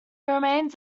remains